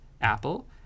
Apple